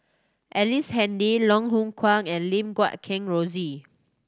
Ellice Handy Loh Hoong Kwan and Lim Guat Kheng Rosie